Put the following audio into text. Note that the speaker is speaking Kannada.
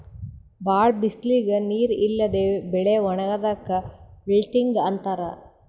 ಭಾಳ್ ಬಿಸಲಿಗ್ ನೀರ್ ಇಲ್ಲದೆ ಬೆಳಿ ಒಣಗದಾಕ್ ವಿಲ್ಟಿಂಗ್ ಅಂತಾರ್